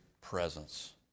presence